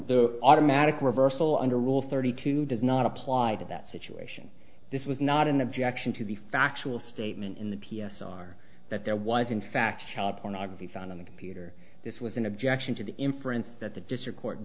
the automatic reversal under rule thirty two does not apply that situation this was not an objection to the factual statement in the p s r that there was in fact child pornography found on the computer this was an objection to the inference that the district court